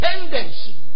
tendency